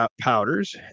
powders